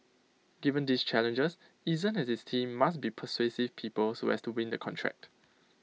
given these challenges Eason and his team must be persuasive people so as to win the contract